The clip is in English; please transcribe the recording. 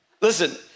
Listen